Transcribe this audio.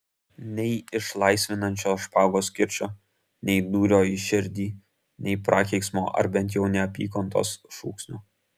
nei išlaisvinančio špagos kirčio nei dūrio į širdį nei prakeiksmo ar bent jau neapykantos šūksnio